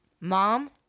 Mom